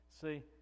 see